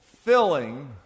filling